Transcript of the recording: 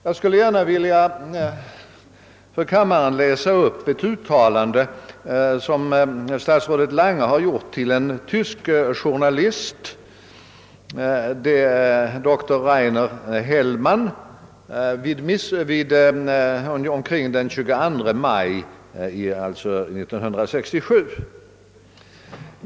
Jag skulle gärna inför kammaren vilja läsa upp ett uttalande som statsrådet Lange gjort till en tysk journalist, doktor Rainer Hellmann, omkring den 22 maj 1967.